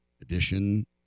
edition